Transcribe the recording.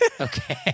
Okay